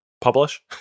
Publish